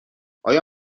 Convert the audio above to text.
آیا